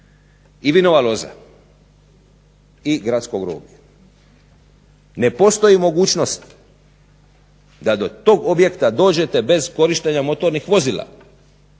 i vinova loza i gradsko groblje. Ne postoji mogućnost da do tog objekta dođete bez korištenja motornih vozila.